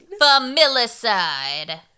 Familicide